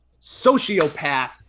Sociopath